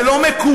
זה לא מקובל.